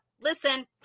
listen